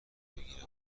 بگیرم